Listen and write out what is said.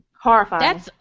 horrifying